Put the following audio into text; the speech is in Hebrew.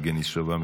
יבגני סובה,